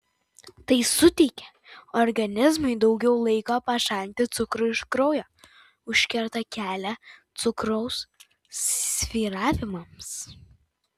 tai suteikia organizmui daugiau laiko pašalinti cukrų iš kraujo užkerta kelią cukraus svyravimams